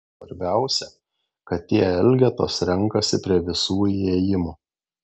svarbiausia kad tie elgetos renkasi prie visų įėjimų